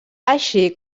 així